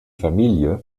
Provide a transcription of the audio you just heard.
familie